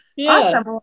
awesome